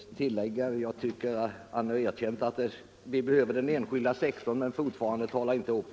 Vi får då en ökad sysselsättning.